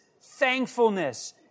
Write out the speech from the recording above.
thankfulness